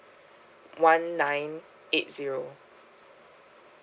one nine eight zero